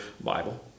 Bible